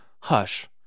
Hush